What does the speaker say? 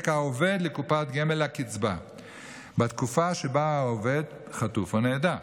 העובד לקופת גמל לקצבה בתקופה שבה העובד חטוף או נעדר.